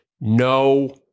No